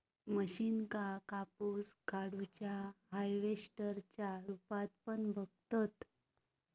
मशीनका कापूस काढुच्या हार्वेस्टर च्या रुपात पण बघतत